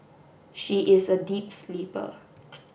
she is a deep sleeper